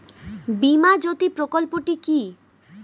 বীমা জ্যোতি প্রকল্পটি কি?